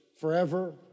forever